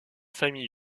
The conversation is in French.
famille